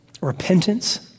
Repentance